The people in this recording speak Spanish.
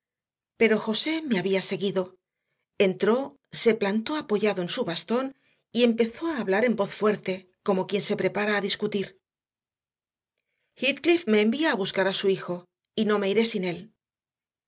pero josé me había seguido entró se plantó apoyado en su bastón y empezó a hablar en voz fuerte como quien se prepara a discutir heathcliff me envía a buscar a su hijo y no me iré sin él